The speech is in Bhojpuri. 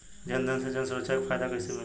जनधन से जन सुरक्षा के फायदा कैसे मिली?